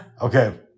Okay